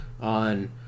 on